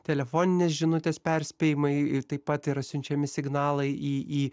telefoninės žinutės perspėjimai ir taip pat yra siunčiami signalai į į